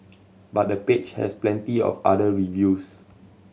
but the page has plenty of other reviews